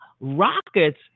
Rockets